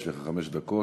יש לך חמש דקות.